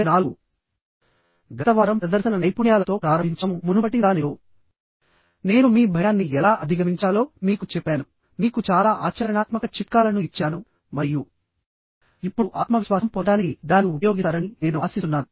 కాబట్టిగత వారం మేము ప్రదర్శన నైపుణ్యాలతో ప్రారంభించాము మరియు మునుపటి దానిలో నేను మీ భయాన్ని ఎలా అధిగమించాలో మీకు చెప్పానుమీకు చాలా ఆచరణాత్మక చిట్కాలను ఇచ్చాను మరియు ఇప్పుడు మీరు ఆత్మవిశ్వాసం పొందడానికి దాన్ని ఉపయోగిస్తారని నేను ఆశిస్తున్నాను